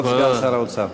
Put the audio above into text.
כבוד סגן שר האוצר.